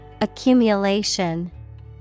Accumulation